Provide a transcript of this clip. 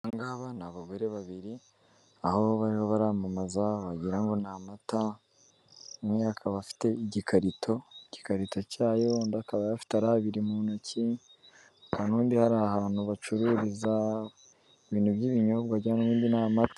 Aba ngaba ni abagore babiri aho bariho baramamaza wagira ngo ni amata, umwe akaba afite igikarito, igikarita cyayo undi akaba ayafite ari abiri mu ntoki, akaba n'ubundi ari ahantu bacururiza ibintu by'ibinyobwa cyangwa n'ubundi ni amata.